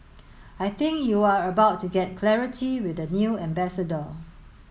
I think you are about to get clarity with the new ambassador